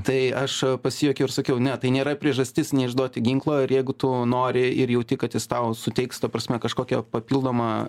tai aš pasijuokiau ir sakiau ne tai nėra priežastis neišduoti ginklo ir jeigu tu nori ir jauti kad jis tau suteiks ta prasme kažkokią papildomą